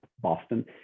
Boston